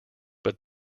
but